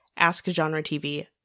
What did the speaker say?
askgenretv